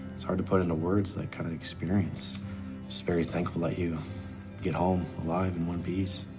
it's hard to put into words that kind of experience. just very thankful that you get home alive, in one piece.